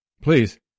Please